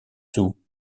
sous